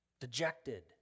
dejected